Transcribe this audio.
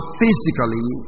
physically